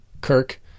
Kirk